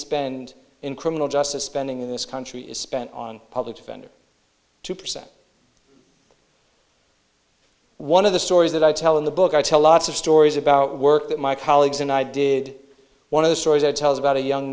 spend in criminal justice spending in this country is spent on public defender two percent one of the stories that i tell in the book i tell lots of stories about work that my colleagues and i did one of the stories i tells about a young